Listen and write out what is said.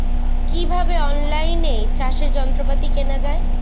কিভাবে অন লাইনে চাষের যন্ত্রপাতি কেনা য়ায়?